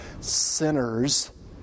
sinners